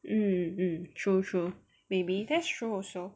hmm hmm true true maybe that's true also